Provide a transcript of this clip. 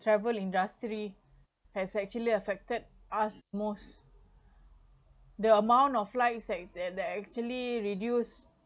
travel industry has actually affected us most the amount of flights that they're actually reduce